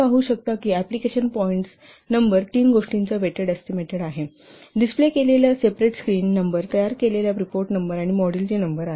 आपण पाहू शकता की एप्लिकेशन पॉईंट्स नंबर तीन गोष्टींचा वेटेड एस्टीमेट आहे डिस्प्ले केलेल्या सेपरेट स्क्रीन नंबरतयार केलेल्या रिपोर्ट नंबर आणि मॉड्यूलची नंबर आहे